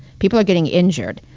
people are getting injured.